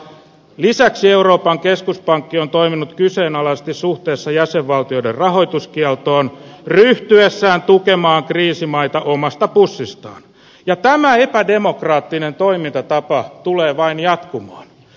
lisäksi euroopan keskuspankki on toiminut kyseenalaisesti suhteessa jäsenvaltioiden rahoituskieltoon ryhtyessään tukemaan kriisimaita omasta pussistaan ja tämä epädemokraattinen toimintatapa tulee vain jatkumaan